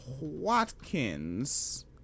Watkins